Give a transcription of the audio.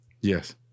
Yes